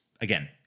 again